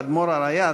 האדמו"ר הריי"צ,